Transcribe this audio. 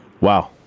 Wow